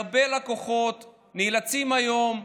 הרבה לקוחות נאלצים היום,